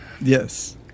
Yes